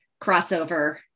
crossover